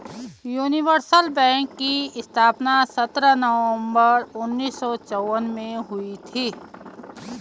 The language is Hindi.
यूनिवर्सल बैंक की स्थापना सत्रह नवंबर उन्नीस सौ चौवन में हुई थी